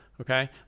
okay